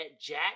Jack